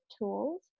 tools